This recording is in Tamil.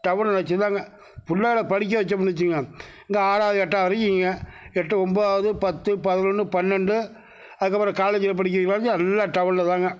டவுனை வச்சுதாங்க புள்ளைகள படிக்க வச்சோம்ன்னு வச்சுகோங்க இங்கே ஆறாவது எட்டாவது வரைக்கும் இருக்குங்க எட்டு ஒம்போதாவது பத்து பதினொன்று பன்னெண்டு அதுக்கப்புறம் காலேஜில் படிக்க வைக்கிறதுலேருந்து எல்லாம் டவுனில் தாங்க